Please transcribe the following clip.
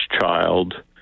child